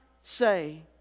say